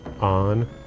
on